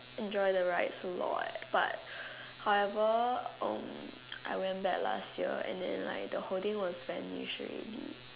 enjoy the rides a lot but however um I went back last year and then like the whole thing was vanished already